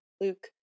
Luke